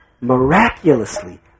miraculously